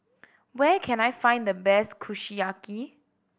where can I find the best Kushiyaki